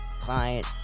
Client